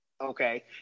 Okay